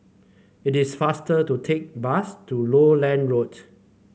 it is faster to take bus to Lowland Road